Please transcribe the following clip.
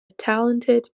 talented